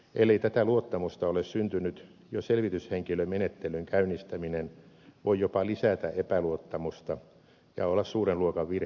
ellei tätä luottamusta ole syntynyt jo selvityshenkilömenettelyn käynnistäminen voi jopa lisätä epäluottamusta ja olla suuren luokan virheratkaisu